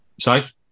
safe